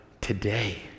Today